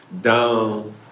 down